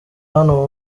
hano